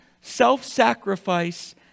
self-sacrifice